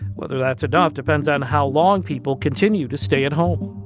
whether that's enough depends on how long people continue to stay at home